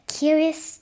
curious